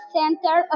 center